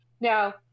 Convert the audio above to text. Now